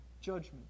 judgment